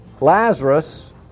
Lazarus